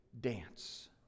dance